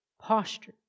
posture